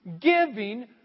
Giving